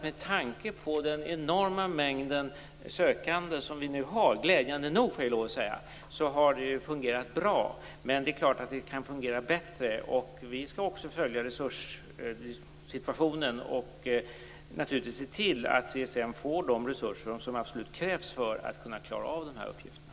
Med tanke på den enorma mängden sökande - vilket ju är glädjande - anser jag att det har fungerat bra, men det kan självfallet fungera bättre. Vi skall också följa resurssituationen och naturligtvis se till att CSN får de resurser som absolut krävs för att man skall kunna klara av uppgifterna.